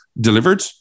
delivered